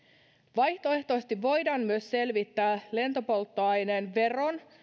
vaihtoehtoisesti voidaan myös selvittää lentopolttoaineen veron